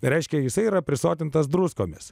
reiškia jisai yra prisotintas druskomis